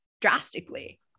drastically